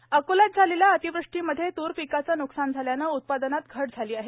तूर पिक अकोल्यात झालेल्या अतिवृष्टीमध्ये तूर पिकाचे न्कसान झाल्याने उत्पादनात घट झाली आहे